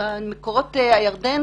מקורות הירדן,